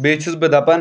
بیٚیہِ چھُس بہٕ دَپان